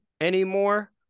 anymore